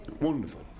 wonderful